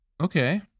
Okay